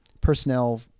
personnel